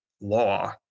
law